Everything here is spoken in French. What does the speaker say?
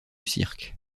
cirque